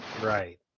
Right